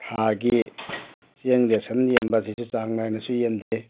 ꯊꯥꯒꯤ ꯆꯦꯡ ꯔꯦꯁꯟ ꯌꯦꯟꯕꯁꯤꯁꯨ ꯆꯥꯡ ꯅꯥꯏꯅꯁꯨ ꯌꯦꯟꯗꯦ